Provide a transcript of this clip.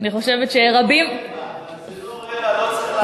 זה לא רבע, לא צריך להגזים.